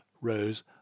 rose